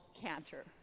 canter